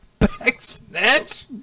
backsnatch